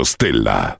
Stella